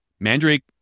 Mandrake